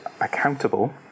accountable